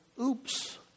oops